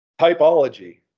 typology